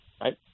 right